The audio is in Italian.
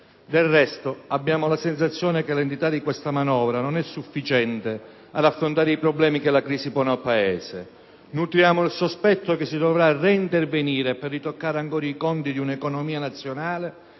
Del resto, abbiamo la sensazione che l'entità di questa manovra non sia sufficiente ad affrontare i problemi che la crisi pone al Paese. Nutriamo il sospetto che si dovrà reintervenire per ritoccare ancora i conti di un'economia nazionale